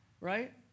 right